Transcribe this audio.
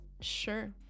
sure